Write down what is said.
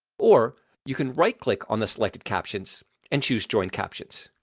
or you can right-click on the selected captions and choose join captions.